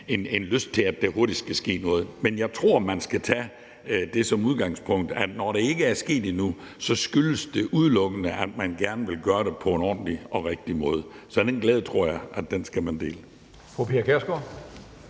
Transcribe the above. en lyst til, at der hurtigt skal ske noget. Men jeg tror, man skal tage det udgangspunkt, at når det ikke er sket endnu, skyldes det udelukkende, at man gerne vil gøre det på en ordentlig og rigtig måde. Så den glæde tror jeg man skal dele.